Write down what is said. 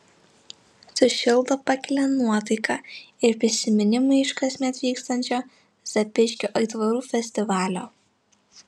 sušildo pakelia nuotaiką ir prisiminimai iš kasmet vykstančio zapyškio aitvarų festivalio